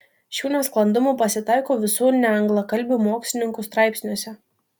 šių nesklandumų pasitaiko visų neanglakalbių mokslininkų straipsniuose